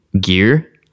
gear